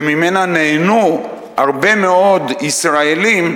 וממנה נהנו הרבה מאוד ישראלים,